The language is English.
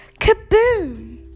Kaboom